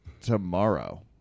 tomorrow